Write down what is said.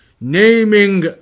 Naming